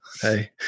Hey